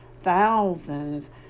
thousands